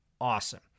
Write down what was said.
awesome